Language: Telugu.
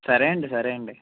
సరే అండీ సరే అండీ